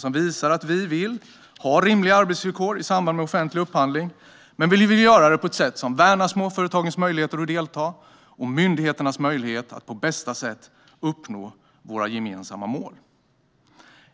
som visade att vi vill ha rimliga arbetsvillkor i samband med offentlig upphandling. Men vi vill göra det på ett sätt som värnar småföretagens möjligheter att delta och myndigheternas möjligheter att på bästa sätt uppnå samhällets gemensamma mål.